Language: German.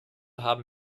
haben